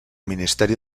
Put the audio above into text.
ministeri